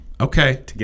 Okay